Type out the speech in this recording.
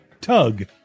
TUG